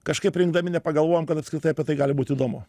kažkaip rinkdami nepagalvojom kad apskritai apie tai gali būt įdomu